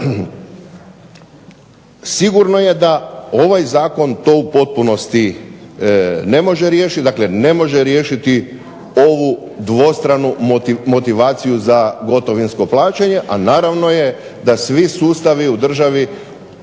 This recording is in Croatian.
Sigurno je da ovaj zakon to u potpunosti ne može riješiti, dakle ne može riješiti ovu dvostranu motivaciju za gotovinsko plaćanje, a naravno je da svi sustavi u državi